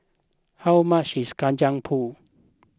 how much is Kacang Pool